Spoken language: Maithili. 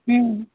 हूँ